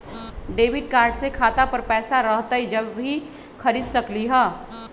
Debit card से खाता पर पैसा रहतई जब ही खरीद सकली ह?